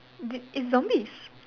d~ it's zombies